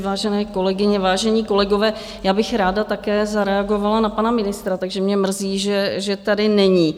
Vážené kolegyně, vážení kolegové, já bych ráda také zareagovala na pana ministra, takže mě mrzí, že tady není.